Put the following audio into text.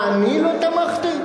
אתה לא תמכת,